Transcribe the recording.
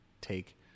take